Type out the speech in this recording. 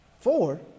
four